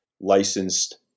licensed